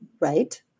right